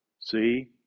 see